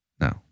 No